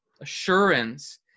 assurance